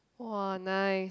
!wah! nice